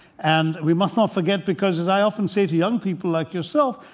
and we must not forget. because, as i often say to young people like yourself,